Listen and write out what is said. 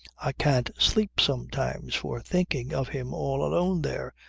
i can't sleep sometimes for thinking of him all alone there,